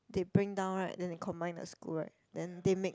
they bring down right then they combine the school right then they make